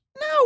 No